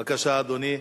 בבקשה, אדוני.